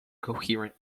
coherent